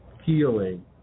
healing